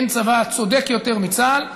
אין צבא צודק יותר מצה"ל.